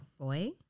Boy